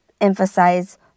emphasize